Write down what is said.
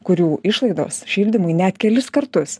kurių išlaidos šildymui net kelis kartus